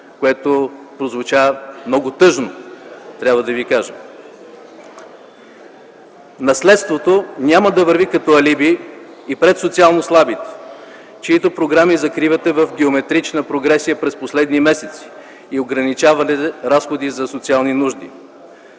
което прозвуча много тъжно, трябва да ви кажа. Наследството няма да върви като алиби и пред социално слабите, чиито програми закривате в геометрична прогресия през последните месеци и ограничавате разходите за социални нужди.